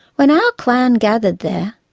when our clan gathered there,